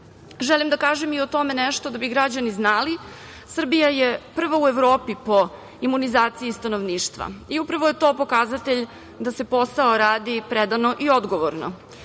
da kažem i o tome nešto da bi građani znali - Srbija je prva u Evropi po imunizaciji stanovništva i upravo je to pokazatelj da se posao radi predano i odgovorno.